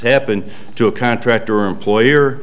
happened to a contractor or employer